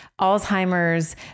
Alzheimer's